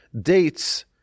Dates